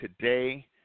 today